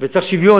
וצריך שוויון.